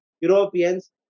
Europeans